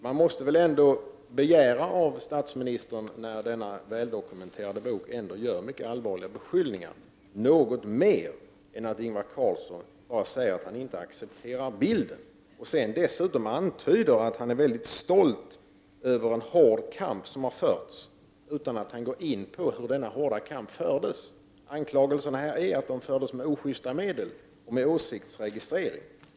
Man måste väl begära av statsministern, när det görs allvarliga beskyllningar i denna väldokumenterade bok, något mer än att Ingvar Carlsson bara säger att han inte accepterar bilden och sedan antyder att han är väldigt stolt över en hård kamp som har förts utan att gå in på hur denna kamp har förts? Anklagelserna är att de fördes med ojusta medel och med åsiktsregistrering.